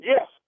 Yes